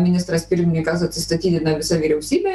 ministras pirmininkas atsistatydina visa vyriausybė